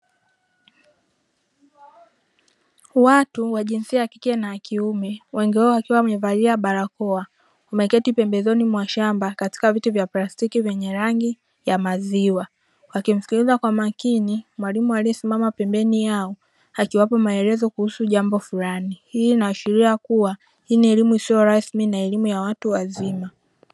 Watu wa jinsia ya kike na ya kiume wengi wao wakiwa wamevalia barakoa wameketi pembezoni mwa shamba katika viti vya plastiki vyenye rangi ya maziwa wakimsikiliza kwa makini mwalimu aliye simama pembeni yao akiwaoa maelezo kuhusu jambo fulani hii ina ashiria kuwa hii ni elimu isiyo rasmi na elimu ya watu wazima.